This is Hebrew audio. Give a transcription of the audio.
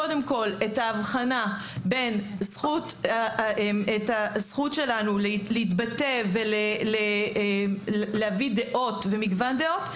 קודם כל את האבחנה בין את הזכות שלנו להתבטא ולהביא דעות ומגוון דעות,